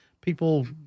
people –